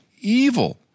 evil